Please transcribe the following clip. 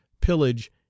pillage